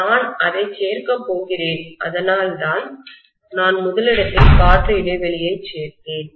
நான் அதை சேர்க்கப் போகிறேன் அதனால்தான் நான் முதலிடத்தில் காற்று இடைவெளியை சேர்த்தேன்